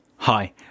Hi